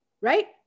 right